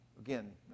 Again